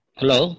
hello